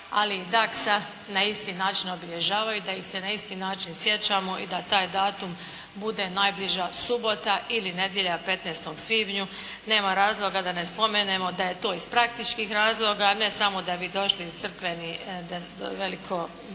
razumije./… na isti način obilježavaju, da ih se na isti način sjećamo i da taj datum bude najbliža subota ili nedjelja u 15. svibnju. Nema razloga da ne spomenemo da je to iz praktičnih razloga, a ne samo da bi došli crkveni